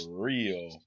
real